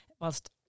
whilst